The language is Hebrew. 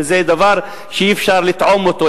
זה דבר שאי-אפשר לטעום אותו,